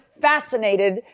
fascinated